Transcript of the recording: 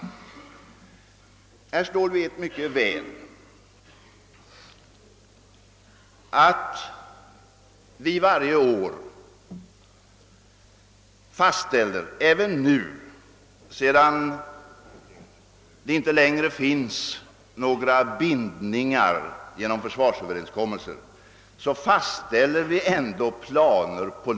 Men herr Ståhl vet mycket väl att vi varje år fastställer — även nu, sedan det inte längre finns några bindningar genom =<försvarsöverenskommelser — planer på lång sikt.